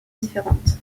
différentes